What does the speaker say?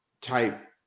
type